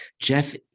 Jeff